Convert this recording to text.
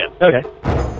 Okay